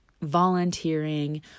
volunteering